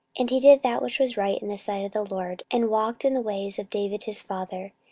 and he did that which was right in the sight of the lord, and walked in the ways of david his father,